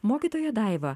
mokytoja daiva